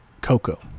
cocoa